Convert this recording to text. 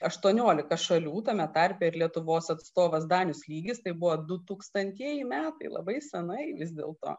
aštuoniolika šalių tame tarpe ir lietuvos atstovas danius lygis tai buvo du tūkstantieji metai labai senai vis dėlto